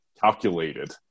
calculated